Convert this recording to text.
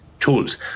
tools